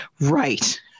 Right